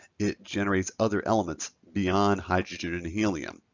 it generates other elements beyond hydrogen and helium.